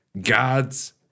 God's